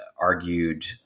argued